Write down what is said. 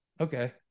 Okay